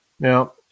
Now